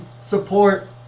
support